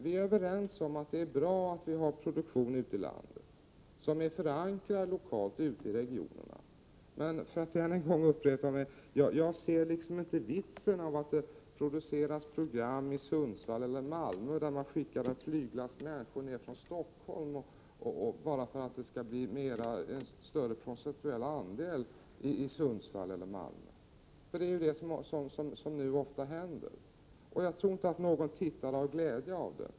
Vi är överens om att det är bra att vi har produktion ute i landet, sådan produktion som är förankrad lokalt ute i regionerna. Men — för att än en gång upprepa mig — jag ser liksom inte vitsen med att det produceras program i Sundsvall eller Malmö när det skickas en flyglast människor från Stockholm för att göra programmen, bara för att den procentuella andelen av program som kommer från Sundsvall och Malmö skall bli större. Det är det som nu ofta händer. Jag trorinte att någon tittare har glädje av detta.